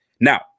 Now